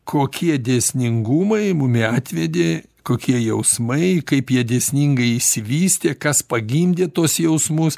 kokie dėsningumai mumi atvedė kokie jausmai kaip jie dėsningai išsivystė kas pagimdė tuos jausmus